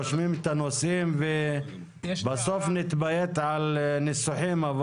רושמים את הנושאים ובסוף נתביית על ניסוחים.